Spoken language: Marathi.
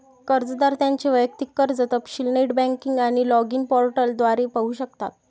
कर्जदार त्यांचे वैयक्तिक कर्ज तपशील नेट बँकिंग आणि लॉगिन पोर्टल द्वारे पाहू शकतात